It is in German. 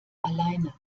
alleine